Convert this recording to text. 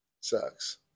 Sucks